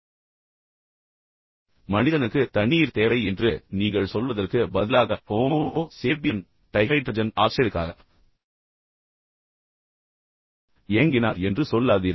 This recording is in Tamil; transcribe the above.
உதாரணமாக மனிதனுக்கு தண்ணீர் தேவை என்று நீங்கள் சொல்வதற்கு பதிலாக ஹோமோ சேபியன் டைஹைட்ரஜன் ஆக்சைடுக்காக ஏங்கினார் என்று சொல்லாதீர்கள்